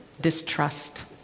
distrust